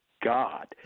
God